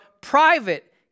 private